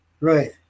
right